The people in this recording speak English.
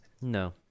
No